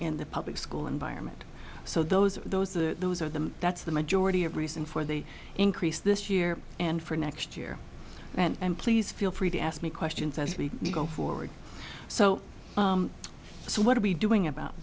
in the public school environment so those are those the those are the that's the majority of reason for the increase this year and for next year and please feel free to ask me questions as we go forward so what are we doing about